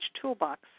toolbox